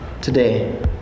today